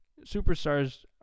superstars